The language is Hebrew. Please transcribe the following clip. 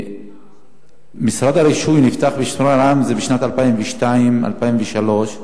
משרד הרישוי נפתח בשפרעם בשנת 2002, 2003,